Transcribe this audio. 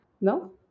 no